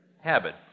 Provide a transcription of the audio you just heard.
Habit